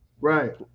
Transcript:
right